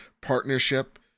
partnership